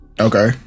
Okay